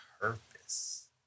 purpose